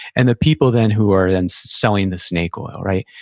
and the people, then, who are then selling the snake oil, right?